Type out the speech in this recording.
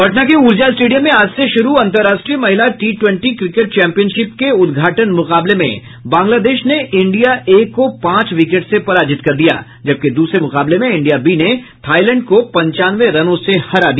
पटना के ऊर्जा स्टेडियम में आज से शुरू अंतर्राष्ट्रीय महिला टी ट्वेंटी क्रिकेट चैंपियनशिप के उद्घाटन मुकाबले में बांग्लादेश ने इंडिया ए को पांच विकेट से पराजित किया जबकि दूसरे मुकाबले में इंडिया बी ने थाईलैंड को पंचानवे रनों से हरा दिया